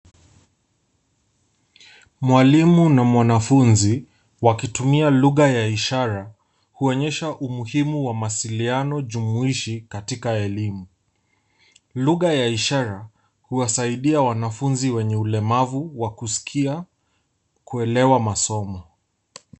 Mwalimu na mwanafunzi , wakitumia lugha ya ishara kuonyesha umuhimu wa mawasiliano jumuishi katika elimu. Ludha ya ishara huwasaidia wanafunzi wenye ulemavu wa kusikia kuelewa masomo.